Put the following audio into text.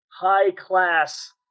high-class